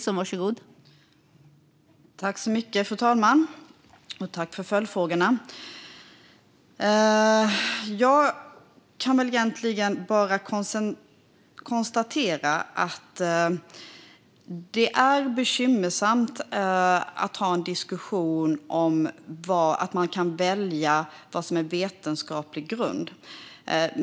Fru talman! Tack för följdfrågorna! Jag kan bara konstatera att det är bekymmersamt att ha en diskussion om att man kan välja vad som är vetenskaplig grund.